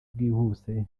bwihuse